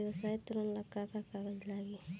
व्यवसाय ऋण ला का का कागज लागी?